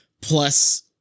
plus